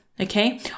okay